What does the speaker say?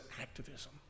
activism